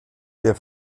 der